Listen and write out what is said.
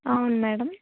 అవును మేడం